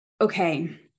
Okay